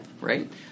right